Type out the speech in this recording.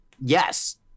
Yes